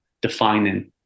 defining